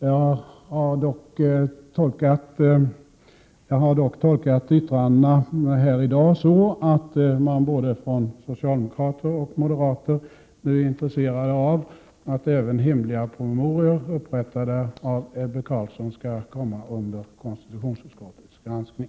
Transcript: Jag har dock tolkat yttrandena här i dag så, att både socialdemokrater och moderater nu är intresserade av att även hemliga promemorior som har upprättats av Ebbe Carlsson skall komma under KU:s granskning.